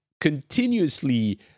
continuously